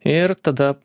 ir tada